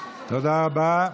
תודה רבה.